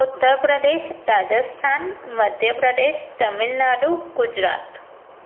Uttar Pradesh Rajasthan Madhya Pradesh Tamil Nadu Gujarat